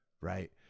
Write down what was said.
right